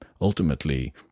ultimately